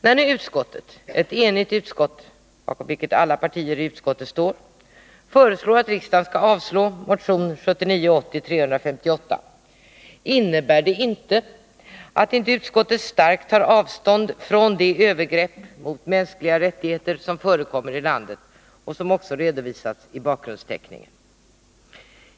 När vi nu i ett enhälligt utskottsbetänkande — jag understryker att alla partier i utskottet står bakom det — föreslår att riksdagen skall avslå motion 1979/80:358, innebär det inte att inte utskottet starkt tar avstånd från de övergrepp mot mänskliga rättigheter som förekommer i landet och som också redovisas i bakgrundsteckningen.